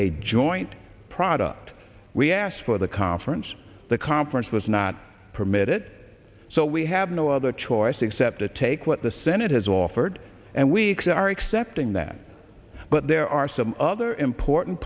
a joint product we asked for the conference the conference was not permitted so we have no other choice except to take what the senate has offered and weeks are accepting that but there are some other important